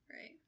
Right